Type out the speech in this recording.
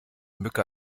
mücke